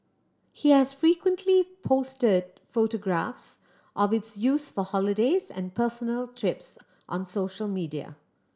he has frequently posted photographs of its use for holidays and personal trips on social media